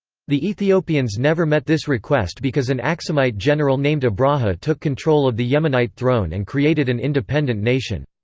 the ethiopians never met this request because an axumite general named abraha took control of the yemenite throne and created an independent nation.